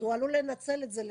אז הוא עלול לנצל את זה.